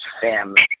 family